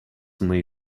may